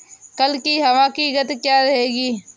कल की हवा की गति क्या रहेगी?